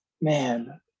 man